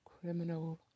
criminal